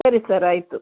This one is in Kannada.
ಸರಿ ಸರ್ ಆಯಿತು